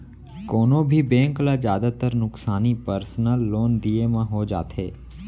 कोनों भी बेंक ल जादातर नुकसानी पर्सनल लोन दिये म हो जाथे